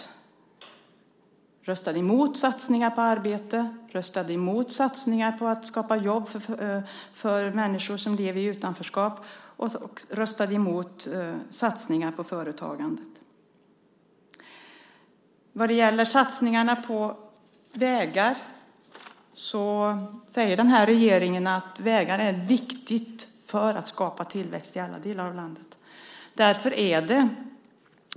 Hon röstade mot satsningar på arbete, mot satsningar på att skapa jobb för människor som lever i utanförskap och mot satsningar på företagandet. Vad gäller satsningarna på vägar säger regeringen att vägarna är viktiga för att skapa tillväxt i alla delar av landet.